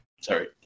sorry